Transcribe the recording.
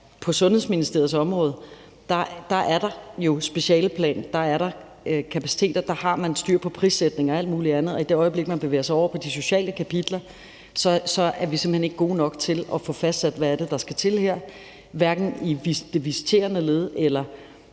og Sundhedsministeriets område, er der jo specialeplan, der er der kapaciteter, der har man styr på prissætningen og alt muligt andet, og i det øjeblik man bevæger sig over på de sociale kapitler, er vi simpelt hen ikke gode nok til at få fastsat, hvad det er, der skal til der, hverken i det visiterende led eller